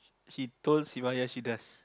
she told Sivaya she does